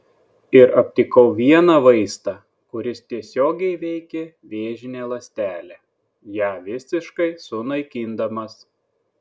ir aptikau vieną vaistą kuris tiesiogiai veikia vėžinę ląstelę ją visiškai sunaikindamas